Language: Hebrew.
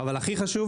אבל הכי חשוב